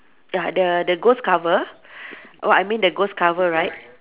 ya the the ghost cover what I mean the ghost cover right